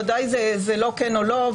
ודאי זה לא כן או לא,